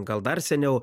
gal dar seniau